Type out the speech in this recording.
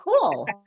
cool